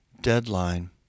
deadline